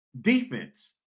defense